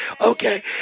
okay